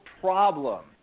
problem